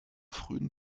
früheren